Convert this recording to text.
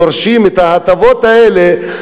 דורשים את ההטבות האלה,